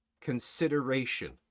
consideration